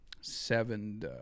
seven